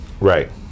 right